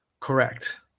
Correct